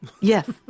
Yes